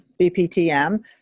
BPTM